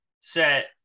set